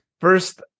first